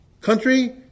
country